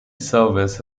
service